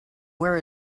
wear